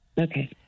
Okay